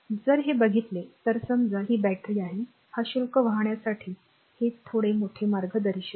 जर हे बघितले तरसमजा ही बॅटरी आहे हा शुल्क वाहण्यासाठी हे थोडे मोठे मार्ग दर्शविले आहे